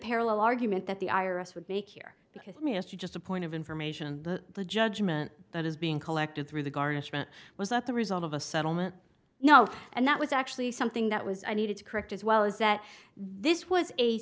parallel argument that the iris would make here because mr just a point of information the judgment that is being collected through the garnishment was not the result of a settlement you know and that was actually something that was i needed to correct as well is that this was a